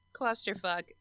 clusterfuck